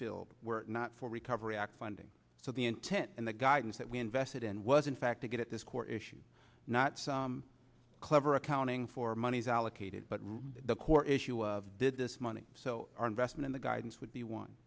filled were not for recovery act funding so the intent and the guidance that we invested in was in fact to get at this core issue not some clever accounting for money is allocated but really the core issue of did this money so our investment in the guidance would